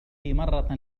مرة